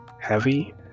heavy